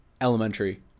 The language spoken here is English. elementary